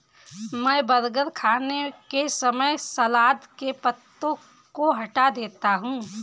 मैं बर्गर खाने के समय सलाद के पत्तों को हटा देता हूं